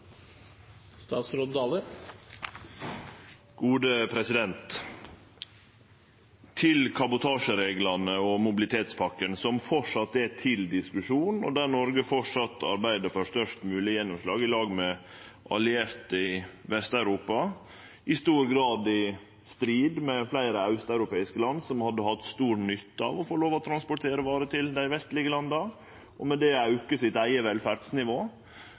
til diskusjon, og der Noreg framleis arbeider for størst mogleg gjennomslag i lag med allierte i Vest-Europa – i stor grad i strid med fleire austeuropeiske land, som hadde hatt stor nytte av å få lov til å transportere varer til dei vestlege landa og med det auke sitt eige velferdsnivå